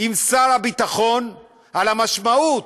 עם שר הביטחון על המשמעות,